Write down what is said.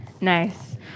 Nice